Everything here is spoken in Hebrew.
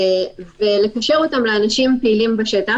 ולקשר אותם לאנשים פעילים בשטח,